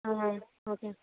ah okay ma'am